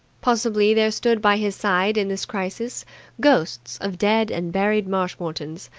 possibly there stood by his side in this crisis ghosts of dead and buried marshmoretons,